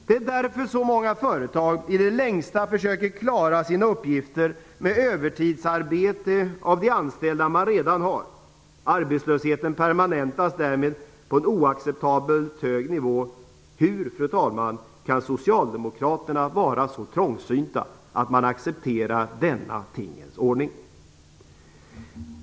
Det är därför så många företag i det längsta försöker klara sina uppgifter med övertidsarbete av de anställda man redan har. Arbetslösheten permanentas därmed på en oacceptabelt hög nivå. Hur, fru talman, kan Socialdemokraterna vara så trångsynta att de accepterar denna tingens ordning?